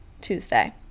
tuesday